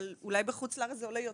אבל אולי בחוץ לארץ זה זול יותר,